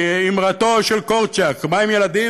כאמרתו של קורצ'אק: מהם ילדים,